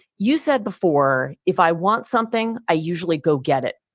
you said before, if i want something, i usually go get it.